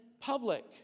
public